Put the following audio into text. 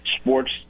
sports